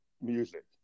music